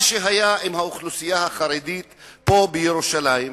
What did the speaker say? מה שהיה עם האוכלוסייה החרדית פה בירושלים,